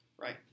Right